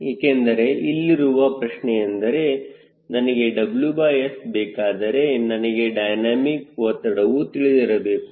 ಏಕೆಂದರೆ ಇಲ್ಲಿರುವ ಪ್ರಶ್ನೆ ಎಂದರೆ ನನಗೆ WS ಬೇಕಾದರೆ ನನಗೆ ಡೈನಮಿಕ್ ಒತ್ತಡವು ತಿಳಿದಿರಬೇಕು